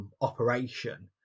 operation